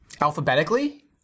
Alphabetically